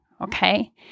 okay